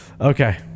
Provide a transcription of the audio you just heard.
okay